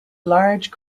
large